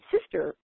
sister